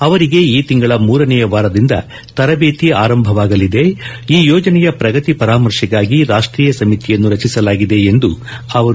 ಅವರಿಗೆ ಈ ತಿಂಗಳ ಮೂರನೆಯ ವಾರದಿಂದ ತರಬೇತಿ ಆರಂಭವಾಗಲಿದೆ ಈ ಯೋಜನೆಯ ಪ್ರಗತಿ ಪರಾಮರ್ಶೆಗಾಗಿ ರಾಷ್ಟೀಯ ಸಮಿತಿಯನ್ನು ರಚಿಸಲಾಗಿದೆ ಎಂದರು